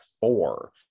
four